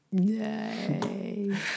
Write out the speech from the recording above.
Yay